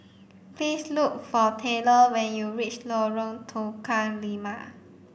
please look for Taylor when you reach Lorong Tukang Lima